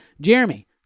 Jeremy